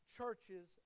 churches